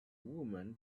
woman